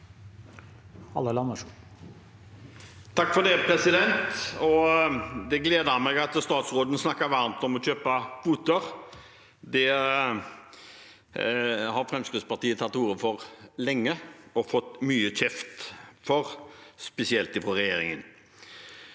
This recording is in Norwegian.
(FrP) Det gleder meg at statsråden snakket varmt om å kjøpe kvoter. Det har Fremskrittspartiet tatt til orde for lenge og fått mye kjeft for, spesielt fra regjeringen.